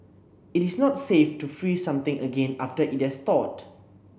it is not safe to freeze something again after it has thawed